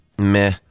meh